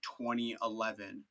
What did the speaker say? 2011